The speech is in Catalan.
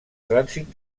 trànsit